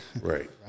Right